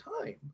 time